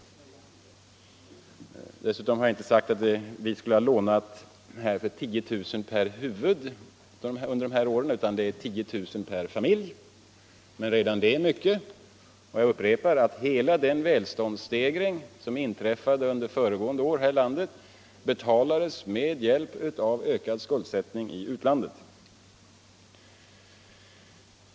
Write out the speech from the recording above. Onsdagen den Jag har dessutom inte sagt att vi under de här åren skulle ha lånat 10 mars 1976 i utlandet en summa som motsvarar 10 000 kronor per huvud här i landet, utan 10 000-kronor per familj, men redan det är för mycket. Jag upprepar — Finansdebatt att hela den välståndsstegring som under föregående år inträffade här i landet betalades med hjälp av ökad skuldsättning i utlandet.